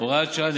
(הוראת שעה,